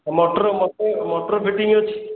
ଆଉ ମଟର motor fitting ଅଛି